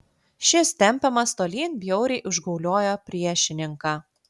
šis tempiamas tolyn bjauriai užgauliojo priešininką